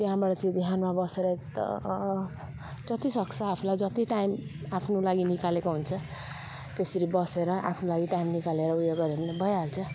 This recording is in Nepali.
त्यहाँबाट चाहिँ ध्यानमा बसेर एकदम जति सक्छ आफूलाई जति टाइम आफ्नो लागि निकालेको हुन्छ त्यसरी बसेर आफ्नो लागि टाइम निकालेर ऊ यो गर्यो भने भइहाल्छ